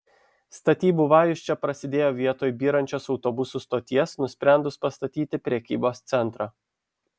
statybų vajus čia prasidėjo vietoj byrančios autobusų stoties nusprendus pastatyti prekybos centrą